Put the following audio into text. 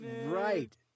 right